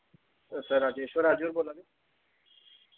sir Rajeshwar Raju होर बोल्ला दे